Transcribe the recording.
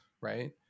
right